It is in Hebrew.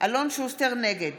נגד